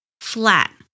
flat